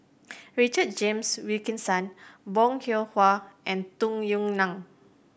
Richard James Wilkinson Bong Hiong Hwa and Tung Yue Nang